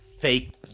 fake